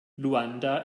luanda